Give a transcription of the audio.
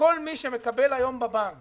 שכל מי שמקבל היום בבנק